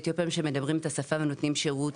אתיופיה שמדברים את השפה ונותנים שירות,